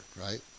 right